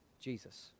Jesus